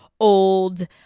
old